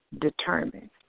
determined